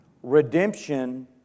Redemption